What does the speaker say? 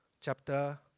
chapter